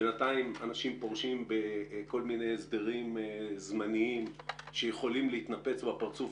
בינתיים אנשים פורשים בכל מיני הסדרים זמניים שיכולים להתנפץ בפרצוף,